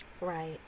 Right